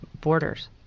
borders